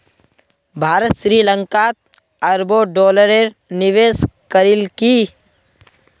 भारत श्री लंकात अरबों डॉलरेर निवेश करील की